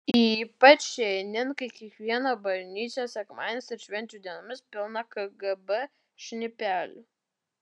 ypač šiandien kai kiekviena bažnyčia sekmadieniais ir švenčių dienomis pilna kgb šnipelių